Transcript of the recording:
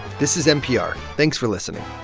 this is npr. thanks for listening